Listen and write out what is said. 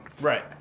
right